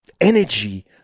energy